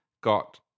got